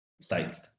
sites